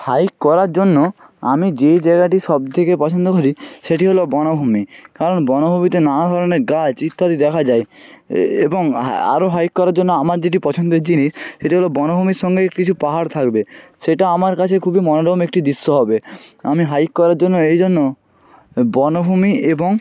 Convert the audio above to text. hike করার জন্য আমি যে জায়গাটি সবথেকে পছন্দ করি সেটি হল বনভূমি কারণ বনভূমিতে নানা ধরণের গাছ ইত্যাদি দেখা যায় এবং আরও হাইক করার জন্য আমার যেটি পছন্দের জিনিস সেটি হল বনভূমির সঙ্গে কিছু পাহাড় থাকবে সেটা আমার কাছে খুবই মনোরম একটি দৃশ্য হবে আমি হাইক করার জন্য এই জন্য বনভূমি এবং